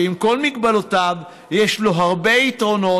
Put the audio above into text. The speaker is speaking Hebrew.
שעם כל מגבלותיו יש לו הרבה יתרונות,